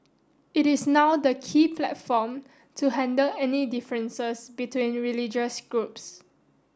it is now the key platform to handle any differences between religious groups